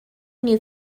new